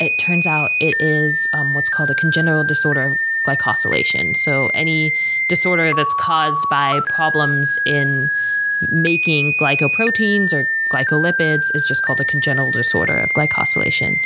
it turns out it is um what's called a congenital disorder of glycosylation. so any disorder that's caused by problems in making glycoproteins or glycolipids is just called a congenital disorder of glycosylation.